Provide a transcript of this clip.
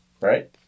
right